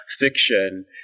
fiction